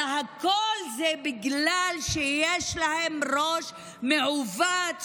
אלא הכול בגלל שיש להם ראש מעוות,